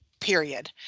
period